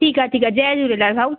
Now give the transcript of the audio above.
ठीकु आहे ठीकु आहे जय झूलेलाल भाऊ